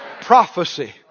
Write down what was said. prophecy